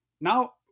Now